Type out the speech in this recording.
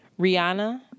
Rihanna